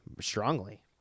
strongly